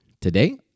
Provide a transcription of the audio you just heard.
Today